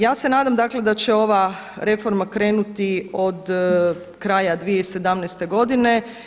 Ja se nadam, dakle da će ova reforma krenuti od kraja 2017. godine.